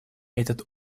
этот